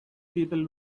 people